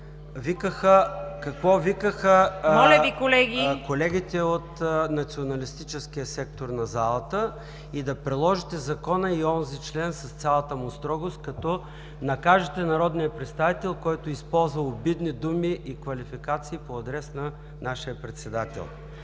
ЙОРДАН ЦОНЕВ: …колегите от националистическия сектор на залата и да приложите Закона и онзи член с цялата му строгост като накажете народния представител, който използва обидни думи и квалификации по адрес на нашия председател.